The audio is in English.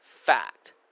fact